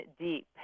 deep